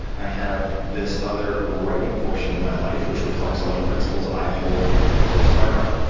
i have this other writing portion of my life, which reflects a lot of principles i hold close to my heart.